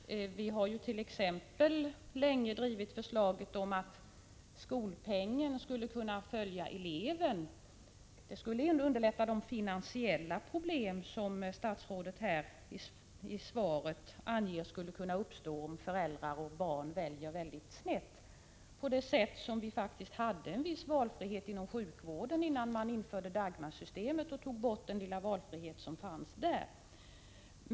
Vi har t.ex. länge drivit ett förslag om att skolpengarna skall följa eleven — det skulle underlätta de finansiella problem som statsrådet i svaret anger skulle kunna uppstå om föräldrar och barn väljer snett — på samma sätt som vi faktiskt hade en viss valfrihet inom sjukvården innan man införde Dagmarsystemet och tog bort den valfrihet som fanns där.